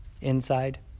Inside